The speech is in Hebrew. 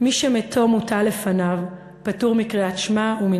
"מי שמתו מוטל לפניו פטור מקריאת שמע ומן